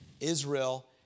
Israel